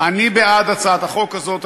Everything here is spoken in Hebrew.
אני בעד הצעת החוק הזאת.